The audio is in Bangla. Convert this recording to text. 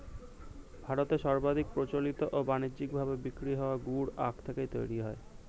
ভারতে সর্বাধিক প্রচলিত ও বানিজ্যিক ভাবে বিক্রি হওয়া গুড় আখ থেকেই তৈরি হয়